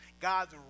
God's